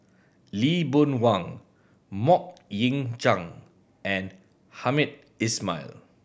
Lee Boon Wang Mok Ying Jang and Hamed Ismail